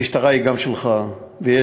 המשטרה היא גם שלך, ויש